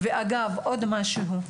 ואגב, עוד משהו: